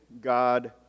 God